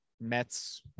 Mets